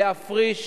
להפריש